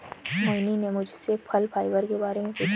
मोहिनी ने मुझसे फल फाइबर के बारे में पूछा